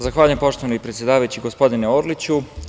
Zahvaljujem, poštovani predsedavajući, gospodine Orliću.